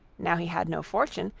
now he had no fortune,